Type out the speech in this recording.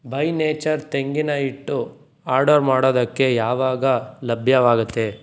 by nature ತೆಂಗಿನಹಿಟ್ಟು order ಮಾಡೋದಕ್ಕೆ ಯಾವಾಗ ಲಭ್ಯವಾಗುತ್ತೆ